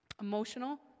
Emotional